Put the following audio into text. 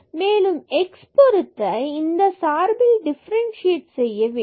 மேலும் x பொருத்த இந்த சார்பில் டிஃபரண்ட்சியேட் செய்ய வேண்டும்